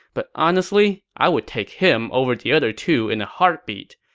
but honestly, i would take him over the other two in a heartbeat.